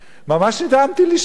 ממש נדהמתי לשמוע.